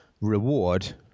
reward